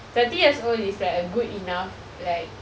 thirty years is like a good enough like